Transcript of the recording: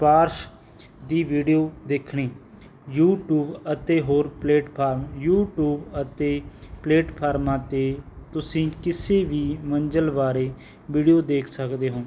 ਸ਼ਿਫਾਰਿਸ਼ ਦੀ ਵੀਡੀਓ ਦੇਖਣੀ ਯੂਟੀਊਬ ਅਤੇ ਹੋਰ ਪਲੇਟਫਾਰਮ ਯੂਟੀਊਬ ਅਤੇ ਪਲੇਟਫਾਰਮਾਂ 'ਤੇ ਤੁਸੀਂ ਕਿਸੇ ਵੀ ਮੰਜ਼ਿਲ ਬਾਰੇ ਵੀਡੀਓ ਦੇਖ ਸਕਦੇ ਹੋ